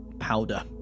powder